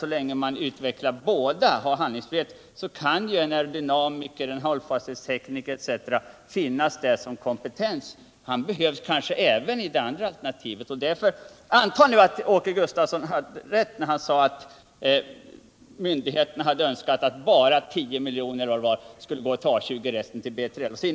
Så länge man utvecklar båda planen och behåller handlingsfriheten, kan en aerodynamiker eller en hållfasthetstekniker finnas där som kompetent specialist. Men han behövs kanske även i alternativet med enbart A 20. Antag all Åke Gustavsson har rätt, när han säger att myndigheterna hade föreslagit att bara 10 milj.kr. skulle gå till A 20 och resten till BILA.